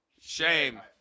Shame